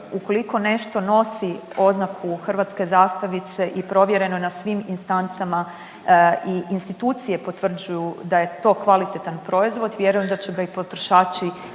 ukoliko nešto nosi oznaku hrvatske zastavice i provjereno na svim instancama i institucije potvrđuju da je to kvalitetan proizvod, vjerujem da će ga i potrošači